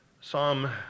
Psalm